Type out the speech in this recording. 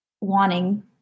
wanting